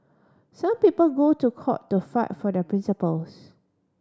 some people go to court to fight for their principles